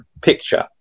picture